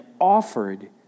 offered